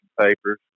papers